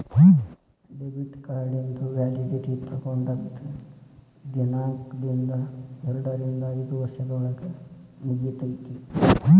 debit ಕಾರ್ಡಿಂದು validity ತೊಗೊಂಡದ್ ದಿನಾಂಕ್ದಿಂದ ಎರಡರಿಂದ ಐದ್ ವರ್ಷದೊಳಗ ಮುಗಿತೈತಿ